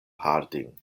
harding